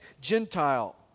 Gentile